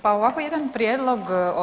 Pa ovako jedan prijedlog.